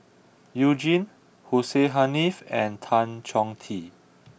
you Jin Hussein Haniff and Tan Chong Tee